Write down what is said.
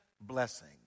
blessing